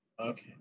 Okay